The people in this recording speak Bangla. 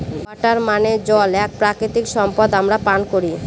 ওয়াটার মানে জল এক প্রাকৃতিক সম্পদ আমরা পান করি